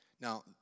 Now